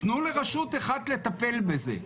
תנו לרשות אחת לטפל בזה.